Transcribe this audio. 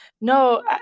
no